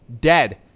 Dead